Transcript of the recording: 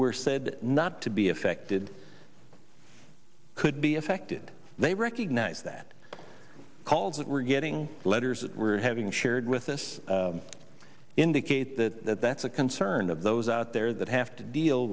were said not to be affected could be affected they recognize that calls were getting letters were having shared with us indicate that that's a concern of those out there that have to deal